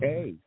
Hey